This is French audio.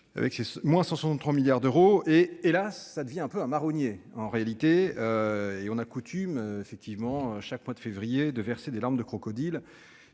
Avec ses mois 163 milliards d'euros et et là ça devient un peu un marronnier en réalité. Et on a coutume effectivement chaque mois de février de verser des larmes de crocodile